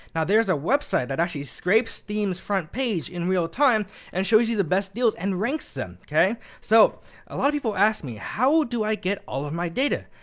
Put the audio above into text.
now there's a website that actually scrapes steam's front page in real time and shows you the best deals, and ranks them. ok. so a lot of people ask me, how do i get all of my data?